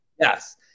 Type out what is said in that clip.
Yes